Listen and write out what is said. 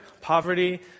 poverty